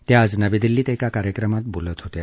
त्या आज नवी दिल्लीत एका कार्यक्रमात बोलत होत्या